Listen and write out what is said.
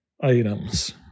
items